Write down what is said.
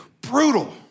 brutal